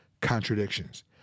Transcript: contradictions